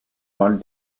man